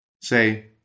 Say